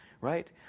Right